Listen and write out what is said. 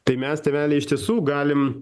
tai mes tėveliai iš tiesų galim